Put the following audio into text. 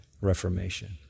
Reformation